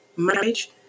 Marriage